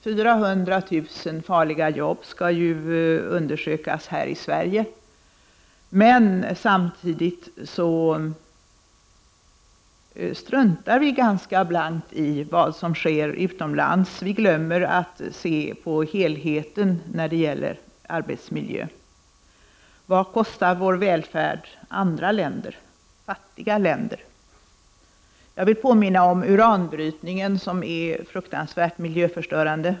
400 000 farliga jobb skall undersökas här i Sverige, men samtidigt struntar vi ganska blankt i vad som sker utomlands. Vi glömmer att se på helheten i fråga om arbetsmiljö. Vad kostar vår välfärd andra länder, fattiga länder? Jag vill påminna om uranbrytningen som är fruktansvärt miljöförstörande.